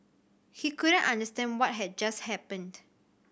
he couldn't understand what had just happened